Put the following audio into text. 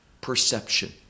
perception